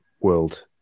world